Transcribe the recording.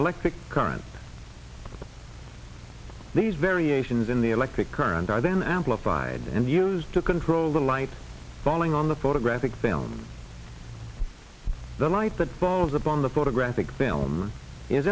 electric current these variations in the electric current i then amplified and used to control the light falling on the photographic film the light that falls upon the photographic